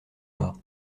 pas